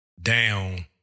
down